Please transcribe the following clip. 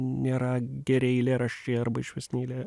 nėra geri eilėraščiai arba išvis ne eilė